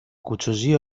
κουτσοζεί